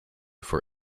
for